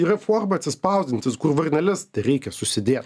yra forma atsispausdintis kur varneles tereikia susidėt